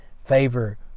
favor